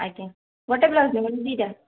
ଆଜ୍ଞା ଗୋଟେ ବ୍ଲାଉଜ୍ ନେବେ ଦୁଇଟା